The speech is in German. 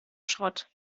schrott